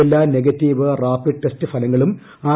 എല്ലാ negative rapid test ഫലങ്ങളും R